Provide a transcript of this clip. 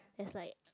has like